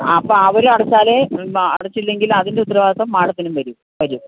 ആ അപ്പോള് അവരും അടച്ചാലേ അടച്ചില്ലെങ്കിലും അതിൻ്റെ ഉത്തരവാദിത്തം മാഡത്തിനും വരും വരും